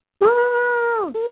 Woo